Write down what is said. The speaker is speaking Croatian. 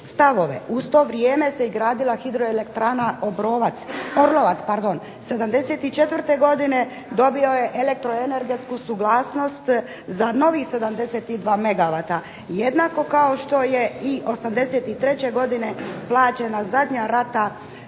U to vrijeme se i gradila HE Obrovac, Orlovac pardon. '74. godine dobio je elektroenergetsku suglasnost za novih 72 megawata, jednako kao što je i '83. godine plaćena zadnja rata